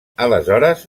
aleshores